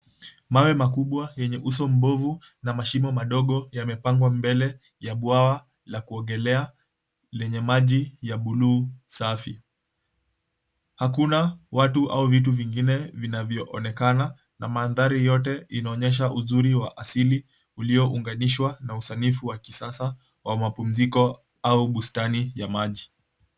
Mawe makubwa yenye uso mbovu na mashimo madogo, yamepangwa mbele ya bwawa la kuogelea lenye maji ya buluu safi. Hakuna watu au vitu vingine vinayoonekana, na mandhari yote inaonyesha uzuri wa asili uliounganishwa na usanifu ya kisasa wa mapumziko au bustani ya maji.